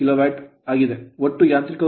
65KW ಆಗಿದೆ ಒಟ್ಟು ಯಾಂತ್ರಿಕ ಉತ್ಪಾದನೆಯನ್ನು 18